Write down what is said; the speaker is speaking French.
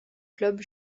club